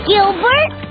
Gilbert